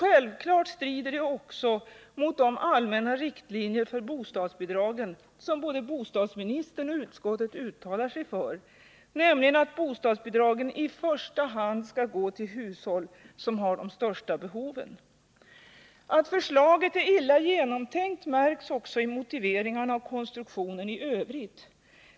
Självklart strider det också mot de allmänna riktlinjer för bostadsbidragen som både bostadsministern och utskottet uttalar sig för: att bostadsbidragen i första hand skall gå till hushåll som har de största behoven. Att förslaget är illa genomtänkt märks också i motiveringarna och konstruktionen i övrigt.